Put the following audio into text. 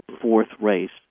fourth-race